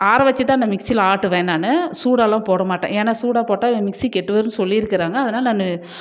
ஆற வச்சுதான் அந்த மிக்சியில் ஆட்டுவேன் நான் சூடாலாம் போட மாட்டேன் ஏன்னா சூடாக போட்டால் மிக்சி கெட்டு போயிடுனு சொல்லிருக்கிறாங்க அதனால் நான்